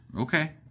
Okay